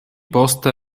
poste